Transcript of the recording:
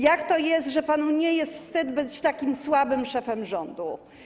Jak to jest, że panu nie jest wstyd być takim słabym szefem rządu?